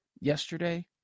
yesterday